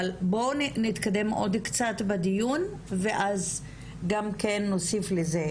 אבל בואו נתקדם עוד קצת בדיון ואז גם כן נוסיף לזה,